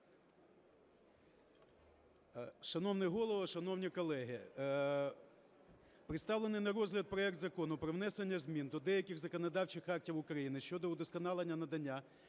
Шановний голово, шановні колеги! Представлений на розгляд проект Закону про внесення змін до деяких законодавчих актів України щодо удосконалення надання